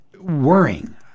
worrying